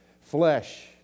Flesh